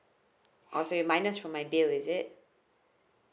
oh so you minus from my bill is it